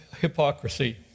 hypocrisy